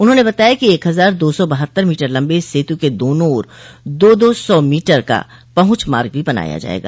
उन्होंने बताया कि एक हजार दो सौ बहत्तर मीटर लम्बे इस सेतु के दोनों ओर दो दो सौ मीटर का पहुंच मार्ग भी बनाया जायेगा